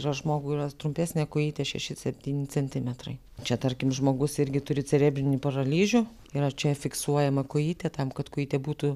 žmogui rast trumpesnę kojytę šeši septyni centimetrai čia tarkim žmogus irgi turi cerebrinį paralyžių yra čia fiksuojama kojytė tam kad kojytė būtų